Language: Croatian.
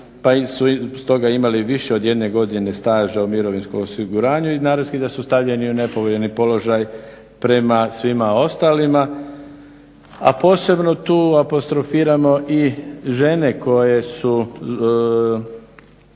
pa su stoga imali više od jedne godine staža u mirovinskom osiguranju i naravski da su stavljeni u nepovoljni položaj prema svima ostalima, a posebno tu apostrofiramo i žene koje su